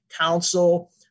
Council